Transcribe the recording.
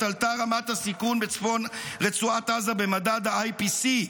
עת עלתה רמת הסיכון בצפון רצועת עזה במדד ה-IPC,